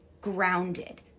grounded